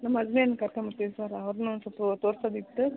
ನಮ್ಮ ಹಸ್ಬೆಂಡ್ ಕರ್ಕೊಂಡ್ಬರ್ತೀವಿ ಸರ್ ಅವ್ರನ್ನು ಒನ್ ಸ್ವಲ್ಪ ತೋರ್ಸೋದಿತ್ತು